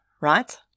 right